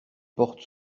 portes